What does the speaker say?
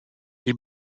die